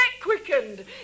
quickened